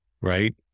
right